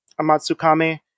amatsukami